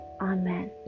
Amen